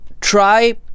try